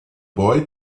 boy